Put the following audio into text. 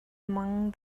among